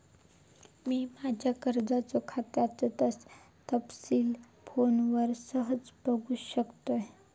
मी माज्या कर्जाच्या खात्याचे तपशील फोनवरना सहज बगुक शकतय